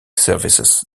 services